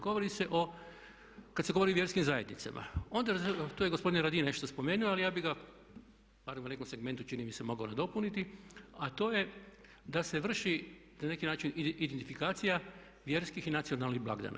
Govori se o, kada se govori o vjerskim zajednicama onda, to je gospodin Radin nešto spomenuo ali ja bih ga, barem u nekom segmentu čini mi se mogao nadopuniti a to je da se vrši na neki način identifikacija vjerskih i nacionalnih blagdana.